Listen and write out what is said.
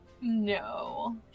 No